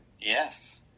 Yes